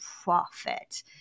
profit